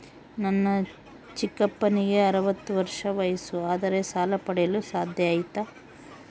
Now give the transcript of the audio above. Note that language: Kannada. ನನ್ನ ಚಿಕ್ಕಪ್ಪನಿಗೆ ಅರವತ್ತು ವರ್ಷ ವಯಸ್ಸು ಆದರೆ ಸಾಲ ಪಡೆಯಲು ಸಾಧ್ಯ ಐತಾ?